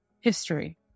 History